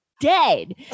dead